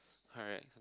correct